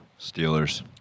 Steelers